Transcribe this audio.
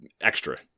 extra